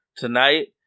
tonight